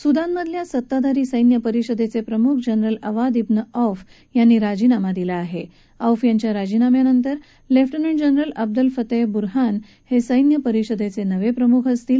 सुदानमधल्या सत्ताधारी सैन्य परिषदप्रमुख जनरल अवाद िक्रि औफ यांनी राजीनामा दिला आहा औफ यांच्या राजीनाम्यानंतर लाहिनंट जनरल अब्दद्वीफतद्व मुरहान हस्तिन्य परिषदर्वात्रिमुख असतील